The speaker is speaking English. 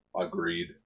Agreed